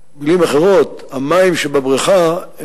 בבקשה?